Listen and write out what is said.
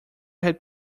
had